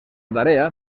tarea